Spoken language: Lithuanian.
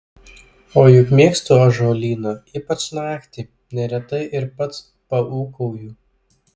o juk mėgstu ąžuolyną ypač naktį neretai ir pats paūkauju